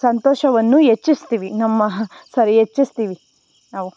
ಸಂತೋಷವನ್ನು ಹೆಚ್ಚಿಸ್ತೀವಿ ನಮ್ಮ ಹ ಸ್ವಾರಿ ಹೆಚ್ಚಿಸ್ತೀವಿ ನಾವು